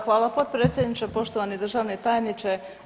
Hvala potpredsjedniče, poštovani državni tajniče.